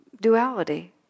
duality